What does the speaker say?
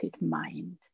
mind